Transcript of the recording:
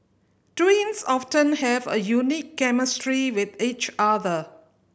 twins often have a unique chemistry with each other